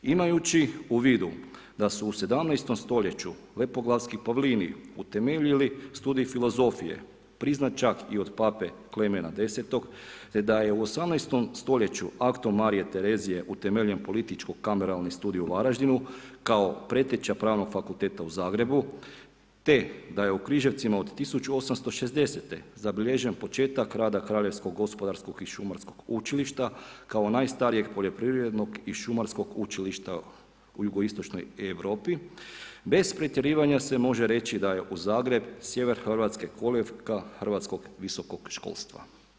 Imajući u vidu da su u 17. stoljeću lepoglavski pavlini utemeljili studij filozofije, priznat čak i od Pape Klemena X, te da je u 18. stoljeću aktom Marije Terezije utemeljen Političko-kameralni studij u Varaždinu kao preteča Pravnog fakulteta u Zagrebu te da je u Križevcima od 1860. zabilježen početak rada Kraljevsko-gospodarskog i šumarskog učilišta kao najstarijeg poljoprivrednog i šumarskog učilišta u Jugoistočnoj Europi bez pretjerivanja se može reći da je u Zagreb sjever Hrvatske kolijevka hrvatskog visokog školstva.